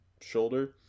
shoulder